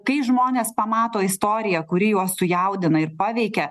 kai žmonės pamato istoriją kuri juos sujaudina ir paveikia